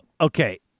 okay